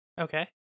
Okay